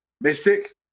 Mystic